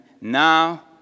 now